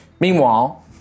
Meanwhile